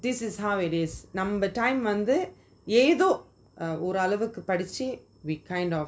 this is how it is நம்ம:namma time வந்து எதோ ஒரு அளவுக்கு படிச்சி:vanthu eatho oru aalavuku padichi we kind of